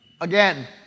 Again